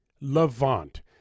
Levant